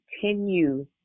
continue